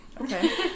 okay